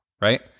Right